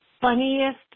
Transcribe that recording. funniest